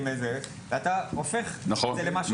ואתה הופך את זה למשהו אחר.